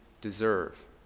deserve